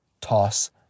toss